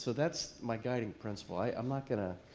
that's my guiding principle. i'm not going to,